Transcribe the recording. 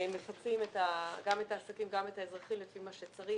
מפצים גם את העסקים וגם את האזרחים לפי מה שצריך.